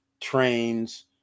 trains